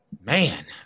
Man